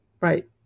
right